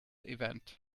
event